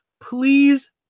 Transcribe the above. Please